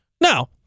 Now